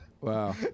Wow